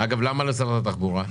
למה שרת התחבורה?